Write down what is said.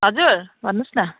हजुर भन्नुहोस् न